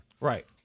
Right